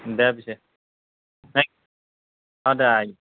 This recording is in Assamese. দে পিছে অঁ দে আহিম